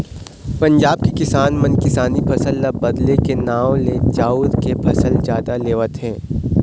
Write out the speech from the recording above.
पंजाब के किसान मन किसानी फसल ल बदले के नांव ले चाँउर के फसल जादा लेवत हे